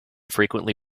frequently